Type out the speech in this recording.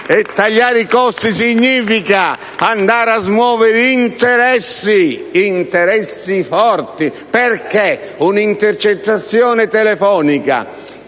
E tagliare i costi significa andare a smuovere interessi forti. Perché un'intercettazione telefonica